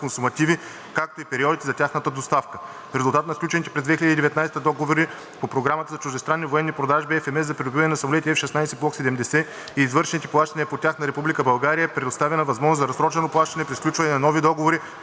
както и периодите за тяхната доставка. В резултат на сключените през 2019 г. договори по Програмата за чуждестранни военни продажби (FMS) за придобиване на самолети F-16 Block 70 и извършените плащания по тях на Република България е предоставена възможност за разсрочено плащане при сключване на нови договори